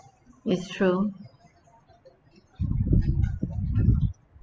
it's true